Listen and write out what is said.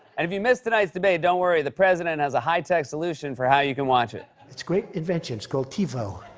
and if you missed tonight's debate, don't worry the president has a high-tech solution for how you can watch it. it's great invention it's called tivo.